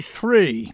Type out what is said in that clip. three